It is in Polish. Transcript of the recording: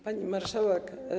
Pani Marszałek!